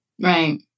Right